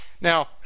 Now